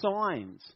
signs